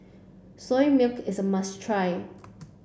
Soya Milk is a must try